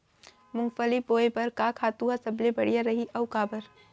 मूंगफली बोए बर का खातू ह सबले बढ़िया रही, अऊ काबर?